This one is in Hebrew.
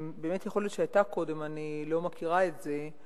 באמת יכול להיות שהיתה קודם, אני לא מכירה את זה.